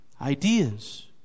ideas